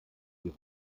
die